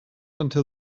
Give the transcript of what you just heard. until